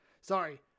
Sorry